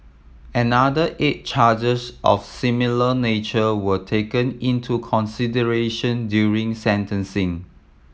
another eight charges of similar nature were taken into consideration during sentencing